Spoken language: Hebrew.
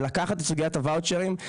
לקחת את סוגיית הוואוצ'רים,